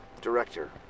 Director